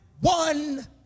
one